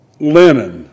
linen